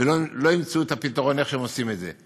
לא ימצאו את הפתרון איך לעשות את זה.